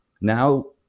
now